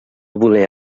voler